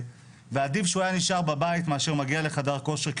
ועדיף שהוא היה נשאר בבית מאשר מגיע לחדר כושר,